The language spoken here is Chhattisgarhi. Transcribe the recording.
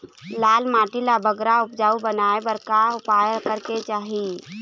लाल माटी ला बगरा उपजाऊ बनाए बर का उपाय करेक चाही?